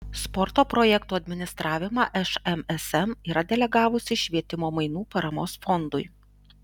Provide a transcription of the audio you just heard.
sporto projektų administravimą šmsm yra delegavusi švietimo mainų paramos fondui